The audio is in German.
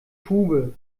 tube